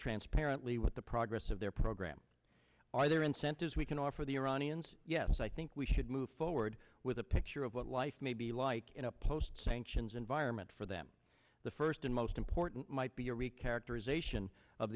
transparently with the progress of their program are there incentives we can offer the iranians yes i think we should move forward with a picture of what life may be like in a post sanctions environment for them the first and most important might be a re characterization of